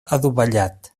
adovellat